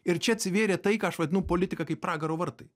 ir čia atsivėrė tai ką aš vadinu politika kaip pragaro vartai